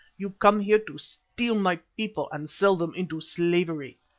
you come here to steal my people and sell them into slavery.